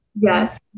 Yes